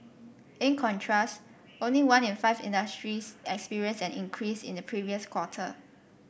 in contrast only one in five industries experienced an increase in the previous quarter